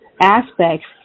aspects